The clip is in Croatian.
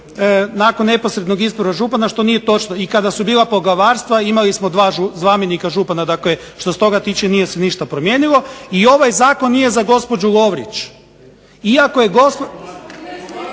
nakon neposrednog izbora župana što nije točno. I kada su bila poglavarstva imali smo dva zamjenika župana. Dakle što se toga tiče nije se ništa promijenilo i ovaj zakon nije za gospođu Lovrić iako je.